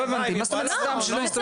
מה זאת אומרת שסתם לא יסתובבו בגן?